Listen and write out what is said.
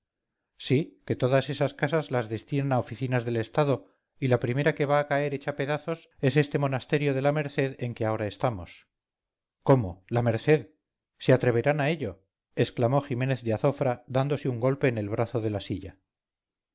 sí que todas estas casas las destinan a oficinas del estado y la primera que va a caer hecha pedazos es este monasterio de la merced en que ahora estamos cómo la merced se atreverán a ello exclamó ximénez de azofra dándose un golpe en el brazo de la silla